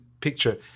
picture